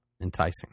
enticing